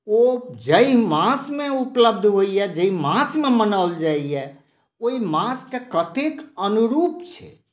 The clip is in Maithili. ओ जाहि मासमे उपलब्ध होइया जाहि मासमे मनाओल जाइया ओहि मासके कतेक अनुरूप छै